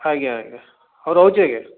ଆଜ୍ଞା ଆଜ୍ଞା ହଉ ରହୁଛି ଆଜ୍ଞା